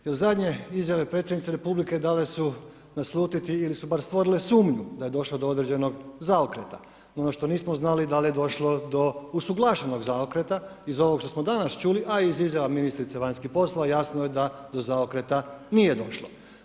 Jer zadnje izjave predsjednice Republike, dale su naslutiti ili su bar stvorile sumnju da je došlo do određenog zaokreta, no ono što nismo znali, da li je došlo do usuglašenog zaokreta, iz ovog što smo danas čuli, a i izjava ministrice vanjskih poslova, jasno je da do zaokreta nije došlo.